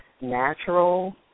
natural